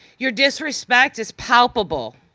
your disrespect is palpable,